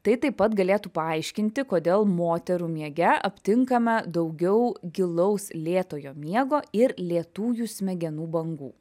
tai taip pat galėtų paaiškinti kodėl moterų miege aptinkame daugiau gilaus lėtojo miego ir lėtųjų smegenų bangų